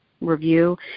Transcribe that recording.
review